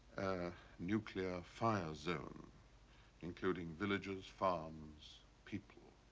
a nuclear fire zone including villages, farms, people,